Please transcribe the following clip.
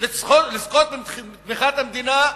לזכות בתמיכת המדינה,